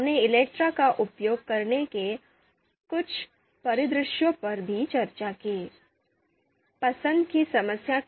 हमने कुछ परिदृश्यों पर भी चर्चा की कि इलेक्ट्रा का उपयोग कब किया जाए